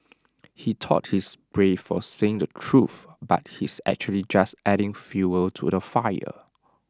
he thought he's brave for saying the truth but he's actually just adding fuel to the fire